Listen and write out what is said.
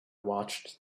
watched